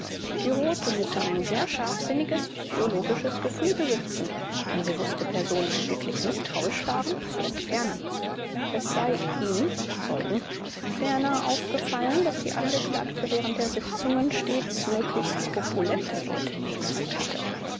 die rothe müsse ein sehr scharfsinniges psychologisches gefühl besitzen denn sie wußte personen die wirklich mißtrauisch waren zu entfernen es sei ihm zeugen ferner ner aufgefallen daß die angeklagte während der sitzungen stets möglichst korpulente leute neben sich hatte